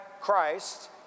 christ